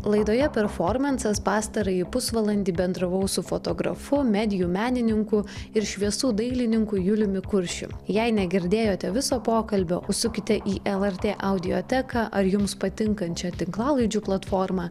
laidoje performansas pastarąjį pusvalandį bendravau su fotografu medijų menininku ir šviesų dailininku juliumi kuršiu jei negirdėjote viso pokalbio užsukite į lrt audioteką ar jums patinkančią tinklalaidžių platformą